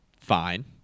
fine